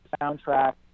soundtrack